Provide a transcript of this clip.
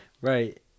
right